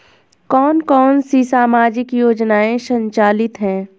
कौन कौनसी सामाजिक योजनाएँ संचालित है?